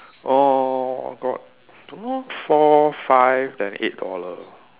orh got don't know four five then eight dollar